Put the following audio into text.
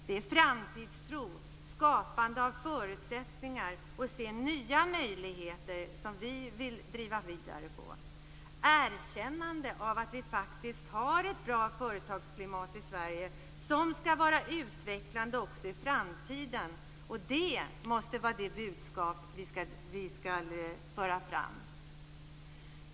Det är framtidstro, skapande av förutsättningar och förmågan att se nya möjligheter som vi socialdemokrater vill driva vidare. Vi måste få ett erkännande av att vi faktiskt har ett bra företagsklimat i Sverige som skall vara utvecklande också i framtiden. Detta måste vara det budskap vi skall föra fram.